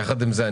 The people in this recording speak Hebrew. יחד עם זה,